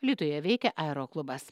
lytuje veikia aeroklubas